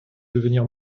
devenir